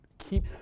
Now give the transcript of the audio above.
keep